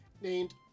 named